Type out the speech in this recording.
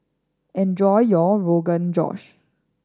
enjoy your Rogan Josh